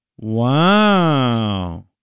Wow